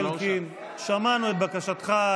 חבר הכנסת אלקין, שמענו את בקשתך.